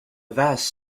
vast